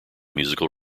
musical